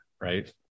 right